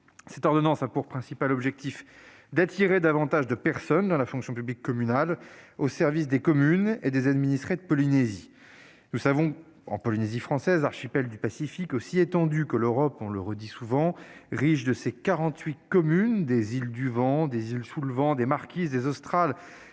Cette ordonnance a pour principal objectif d'attirer davantage de personnes dans la fonction publique communale, au service des communes et des administrés de Polynésie. Nous savons combien, en Polynésie française, archipel du Pacifique aussi étendu que l'Europe- on le rappelle souvent -, riche de ses 48 communes des îles du Vent, des îles Sous-le-Vent, des îles Marquises, des îles